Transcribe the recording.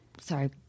sorry